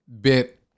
bit